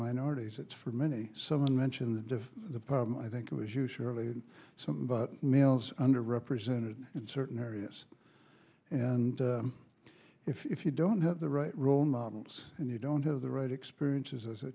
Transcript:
minorities it's for many someone mention the the problem i think it was you surely something about males under represented in certain areas and if you don't have the right role models and you don't have the right experiences as a